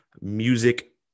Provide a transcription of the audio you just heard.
music